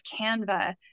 canva